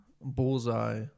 Bullseye